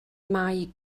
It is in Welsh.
mae